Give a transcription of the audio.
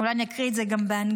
אולי אני אקרא את זה גם באנגלית,